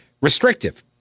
restrictive